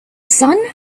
sun